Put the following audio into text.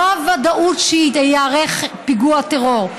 לא הוודאות שייערך פיגוע טרור,